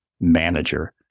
manager